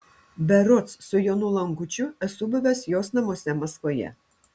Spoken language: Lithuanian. berods su jonu lankučiu esu buvęs jos namuose maskvoje